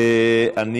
כן,